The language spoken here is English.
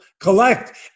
collect